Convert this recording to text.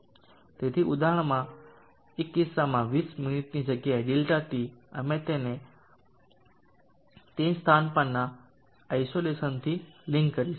તેથી ઉદાહરણમાં એક કિસ્સામાં 10 મિનિટની જગ્યાએ ∆t અમે તેને તે સ્થાન પરના ઇસોલેસન થી લિંક કરીશું